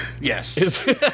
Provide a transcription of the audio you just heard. Yes